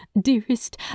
Dearest